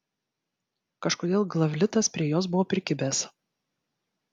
kažkodėl glavlitas prie jos buvo prikibęs